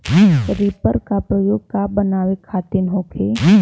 Reaper का प्रयोग का बनावे खातिन होखि?